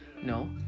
no